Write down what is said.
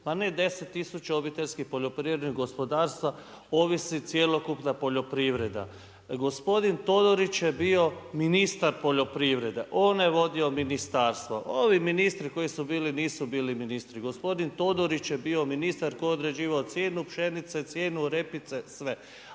Pa ne 10000 obiteljskih poljoprivrednih gospodarstva ovisi cjelokupna poljoprivreda. Gospodin Todorić je bio ministar poljoprivrede. On je vodio ministarstvo. Ovi ministri koji su bili, nisu bili ministri. Gospodin Todorić je bio ministar, koji je određivao cijenu pšenice, cijenu repice, sve.